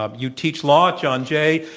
um you teach law at john jay.